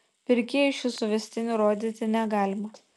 pirkėjui šių suvestinių rodyti negalima